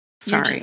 Sorry